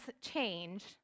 change